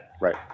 Right